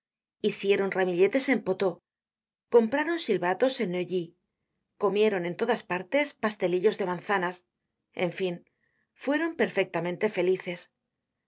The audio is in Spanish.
tes en poteaux compraron silbatos en neuilly comieron en todas partes pastelillos de manzanas en fin fueron perfectamente felices